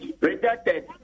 Rejected